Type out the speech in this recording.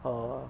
err